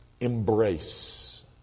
embrace